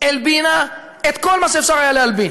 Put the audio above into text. הלבינה את כל מה שאפשר היה להלבין.